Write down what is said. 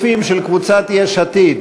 לחלופין של קבוצת יש עתיד,